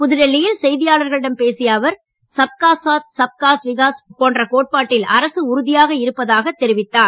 புதுடெல்லியில் செய்தியாளர்களிடம் பேசிய அவர் சப்காஸ்சாத் சப்காஸ்விகாஸ் என்ற கோட்பாட்டில் அரசு உறுதியாக இருப்பதாக தெரிவித்தார்